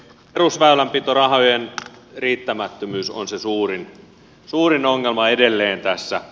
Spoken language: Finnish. perusväylänpitorahojen riittämättömyys on se suurin ongelma edelleen tässä